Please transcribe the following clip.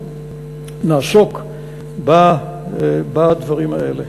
נעסוק בדברים האלה.